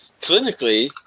Clinically